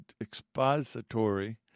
expository